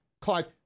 Clive